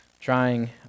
trying